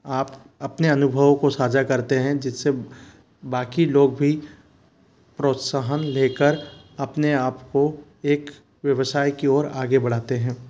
आप अपने अनुभव को साझा करते हैं जिस से बाक़ी लोग भी प्रोत्साहन ले कर अपने आप को एक व्यवसाय की ओर आगे बढ़ाते हैं